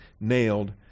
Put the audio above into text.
nailed